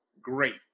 great